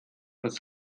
das